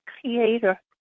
creator